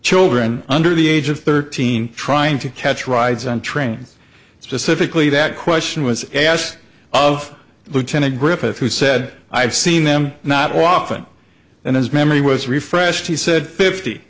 children under the age of thirteen trying to catch rides on trains it's just ific leave that question was asked of lieutenant griffith who said i've seen them not often and his memory was refreshed he said fifty